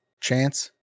Chance